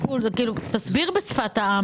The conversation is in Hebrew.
גם בנוסחו הנוכחי,